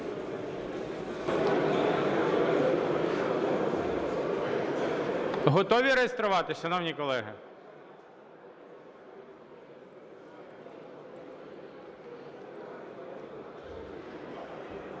Готові реєструватися, шановні колеги?